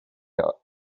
all